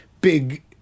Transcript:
big